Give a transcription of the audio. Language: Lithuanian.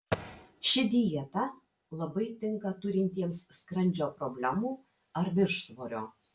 ši dieta labai tinka turintiems skrandžio problemų ar viršsvorio